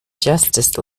justice